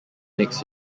next